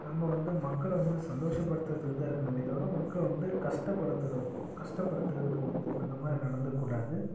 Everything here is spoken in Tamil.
நம்ம வந்து மக்களை வந்து சந்தோஷப்படுத்துறதுக்கு தான் இருக்கணுமே தவிர மக்களை வந்து கஷ்டப்படுத்துகிற கஷ்டப்படுத்துகிறது அந்த மாதிரி நடந்துக்கக் கூடாது